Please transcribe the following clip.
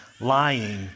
lying